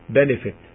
benefit